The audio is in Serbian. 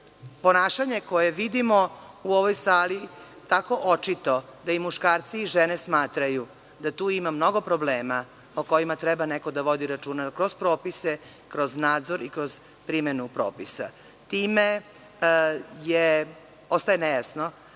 ponašanje koje vidimo u ovoj sali tako očito da i muškarci i žene smatraju da tu ima mnogo problema o kojima treba neko da vodi računa kroz propise, kroz nadzor i kroz primenu propisa. Time ostaje nejasno